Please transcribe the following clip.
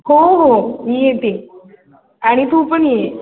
हो हो मी येते आणि तू पण ये